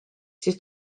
siis